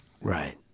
right